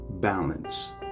Balance